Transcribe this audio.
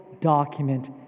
document